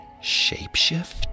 shapeshift